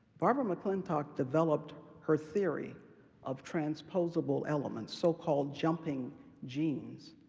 barbara mcclintock developed her theory of transposable elements, so-called jumping genes,